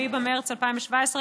7 במרס 2017,